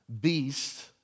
beast